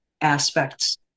aspects